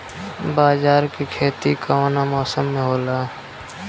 बाजरा के खेती कवना मौसम मे होला?